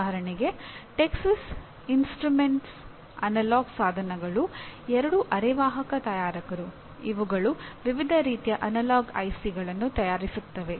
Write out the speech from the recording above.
ಉದಾಹರಣೆಗೆ Texas Instruments analog ಸಾಧನಗಳು ಎರಡು ಅರೆವಾಹಕ ತಯಾರಕರು ಇವುಗಳು ವಿವಿಧ ರೀತಿಯ ಅನಲಾಗ್ ಐಸಿಗಳನ್ನು ತಯಾರಿಸುತ್ತವೆ